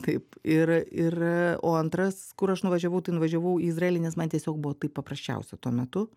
taip ir ir o antras kur aš nuvažiavau tai nuvažiavau į izraelį nes man tiesiog buvo taip paprasčiausia tuo metu